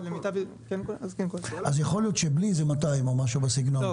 יכול להיות שבלי זה, הסכום הוא